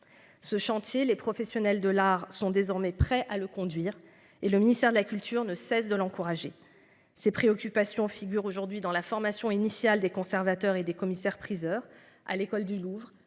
Ce chantier, les professionnels de l'art sont désormais prêts à le conduire et le ministère de la culture ne cessent de l'encourager ses préoccupations figurent aujourd'hui dans la formation initiale des conservateurs et des commissaires priseurs à l'École du Louvre